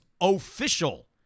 official